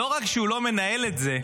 לא רק שהוא לא מנהל את זה,